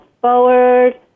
forward